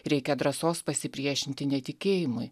reikia drąsos pasipriešinti netikėjimui